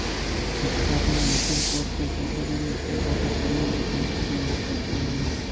শিক্ষার ঋণ মুকুব করতে কতোদিনে ও কতো পরিমাণে কিস্তি জমা করতে হবে?